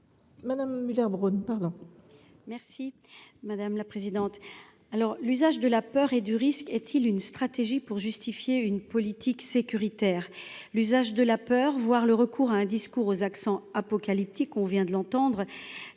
Laurence Muller Bronn, pour explication de vote. L’usage de la peur et du risque est il une stratégie pour justifier une politique sécuritaire ? L’usage de la peur, voire le recours à un discours aux accents apocalyptiques, on vient de l’entendre,